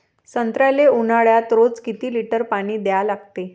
संत्र्याले ऊन्हाळ्यात रोज किती लीटर पानी द्या लागते?